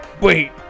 Wait